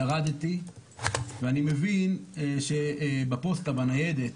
ירדתי ואני מבין שבניידת